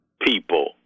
people